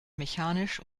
mechanisch